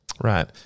Right